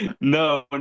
no